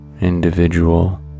individual